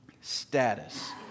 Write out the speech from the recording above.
status